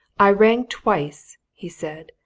i rang twice! he said.